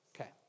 Okay